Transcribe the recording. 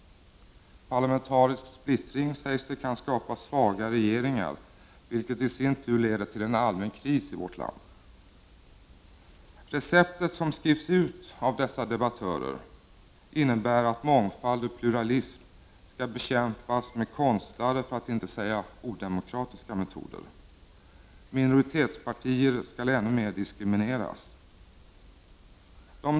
Parlamentarisk splittring, sägs det, kan skapa svaga regeringar, vilket i sin tur leder till en allmän kris i vårt land. Receptet som skrivs ut av dessa debattörer innebär att mångfald och pluralism skall bekämpas med konstlade, för att inte säga odemokratiska metoder. Minoritetspartier skall diskrimineras ännu mer.